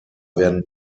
werden